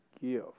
give